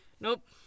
Nope